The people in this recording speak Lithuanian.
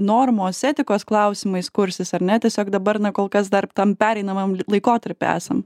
normos etikos klausimais kursis ar ne tiesiog dabar na kol kas dar tam pereinamam laikotarpy esam